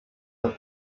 all